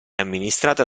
amministrata